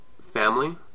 family